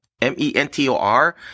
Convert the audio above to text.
M-E-N-T-O-R